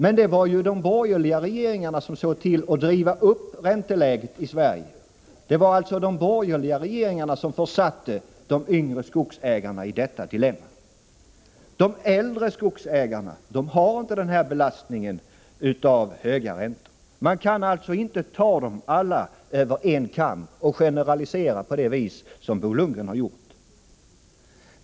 Men det var ju de borgerliga regeringarna som såg till att driva upp ränteläget i Sverige. Det var alltså de borgerliga regeringarna som försatte de yngre skogsbrukarna i detta dilemma. De äldre skogsbrukarna har inte denna belastning genom de höga räntorna. Man kan alltså inte dra alla skogsägare över en kam, såsom Bo Lundgren har gjort.